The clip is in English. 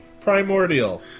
Primordial